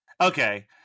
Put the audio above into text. Okay